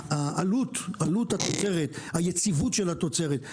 פריסה, בהיבטי עלות התוצרת, היציבות של התוצרת.